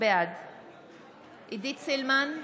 בעד עידית סילמן,